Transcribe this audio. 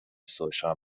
سوشا